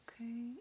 Okay